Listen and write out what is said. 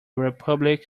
republic